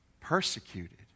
persecuted